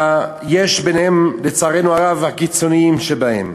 לצערנו הרב, הקיצונים שבהם.